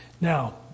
Now